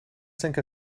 sink